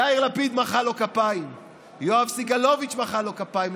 יאיר לפיד מחא לו כפיים,